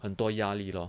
很多压力 lor